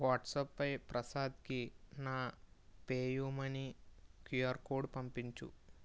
వాట్సాప్పై ప్రసాద్కి నా PayU Money QR code పంపించు